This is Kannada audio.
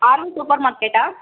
R V super ಮಾರ್ಕೆಟ್ಟಾ